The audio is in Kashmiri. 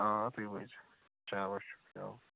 آ تُہۍ وٲتۍزیو چلو شُکر چلو